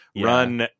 run